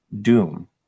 doom